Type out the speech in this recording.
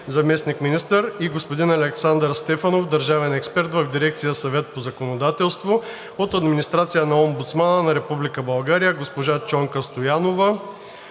заместник-министър, и господин Александър Стефанов – държавен експерт в Дирекция „Съвет по законодателство“; от администрацията на Омбудсмана на Република България госпожа Чонка Стоянова